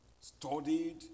studied